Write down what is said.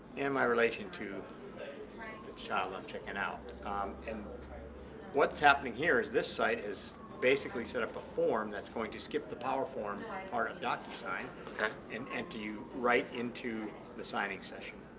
an my relation to the child i'm checking out and what's happening here is this site has basically set up a form that's going to skip the powerform part of docusign and enter you right into the signing session.